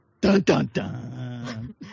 Dun-dun-dun